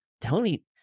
Tony